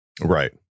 Right